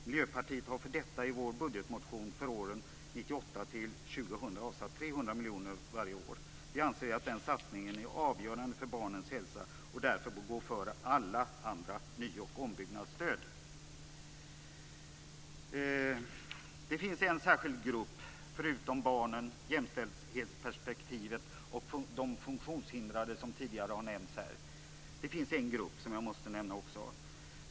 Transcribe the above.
Miljöpartiet har för detta ändamål i sin budgetmotion för våren 1998-2000 avsatt 300 miljoner kronor varje år. Vi anser att den satsningen är avgörande för barnens hälsa och därför bör gå före alla andra ny och ombyggnadsstöd. Det finns - förutom barnen, jämställdhetsperspektivet och de funktionshindrade som tidigare har nämnts här - en särskild grupp som jag måste nämna.